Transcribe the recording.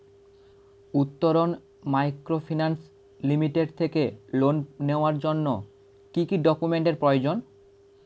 Uttaran microfinance limited থেকে loan নেওয়ার জন্য কি কি ডকুমেন্টস এর প্রয়োজন?